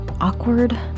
awkward